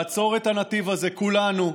לעצור את הנתיב הזה, כולנו.